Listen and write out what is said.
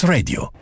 Radio